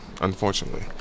Unfortunately